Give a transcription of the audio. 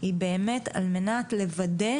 היא באמת על מנת לוודא